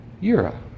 Yura